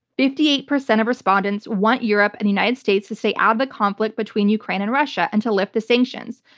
fifty eight percent of respondents want europe and the united states to stay out of the conflict between ukraine and russia and to lift the sanctions.